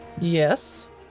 Yes